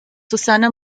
susanna